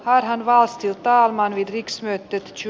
hänhän valisti ottaa vain vitriksweet ajaksi